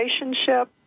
relationship